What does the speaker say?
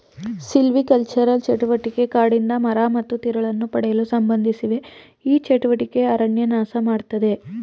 silvicultural ಚಟುವಟಿಕೆ ಕಾಡಿಂದ ಮರ ಮತ್ತು ತಿರುಳನ್ನು ಪಡೆಯಲು ಸಂಬಂಧಿಸಿವೆ ಈ ಚಟುವಟಿಕೆ ಅರಣ್ಯ ನಾಶಮಾಡ್ತದೆ